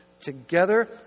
together